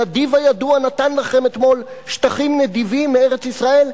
הנדיב הידוע נתן לכם אתמול שטחים נדיבים מארץ-ישראל.